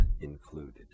included